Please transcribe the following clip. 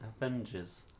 Avengers